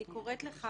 אני קוראת לך,